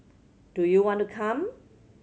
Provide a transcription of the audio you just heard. do you want to come